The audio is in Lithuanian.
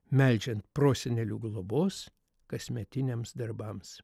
meldžiant prosenelių globos kasmetiniams darbams